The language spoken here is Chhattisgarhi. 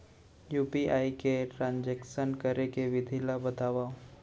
यू.पी.आई ले ट्रांजेक्शन करे के विधि ला बतावव?